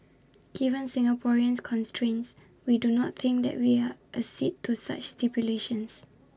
given Singapore's constraints we do not think that we are accede to such stipulations